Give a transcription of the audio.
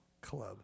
Club